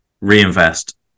reinvest